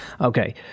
okay